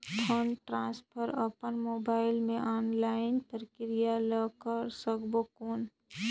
Fund transfer अपन mobile मे online प्रक्रिया ले कर सकबो कौन?